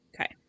okay